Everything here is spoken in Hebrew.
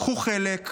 קחו חלק,